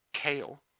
Kale